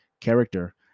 character